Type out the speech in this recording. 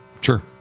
Sure